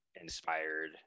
inspired